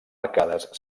arcades